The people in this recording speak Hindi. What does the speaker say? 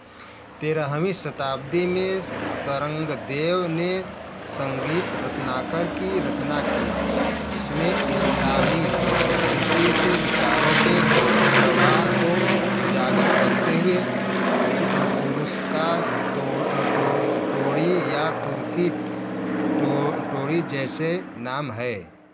तेरहवी शताब्दी में संरगदेव ने संगीत रत्नाकर की रचना की जिसमें इस्लामी संस्कृति से विचारों के गव प्रवाह को उजागर करते हुए तुरस्का तोड़ टो टोड़ी या तुर्की टो टोड़ी जैसे नाम हैं